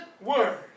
word